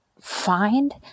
find